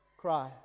cry